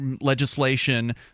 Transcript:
legislation